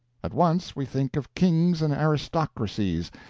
at once we think of kings and aristocracies,